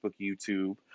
YouTube